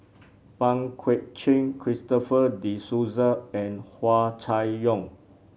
Pang Guek Cheng Christopher De Souza and Hua Chai Yong